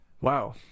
Wow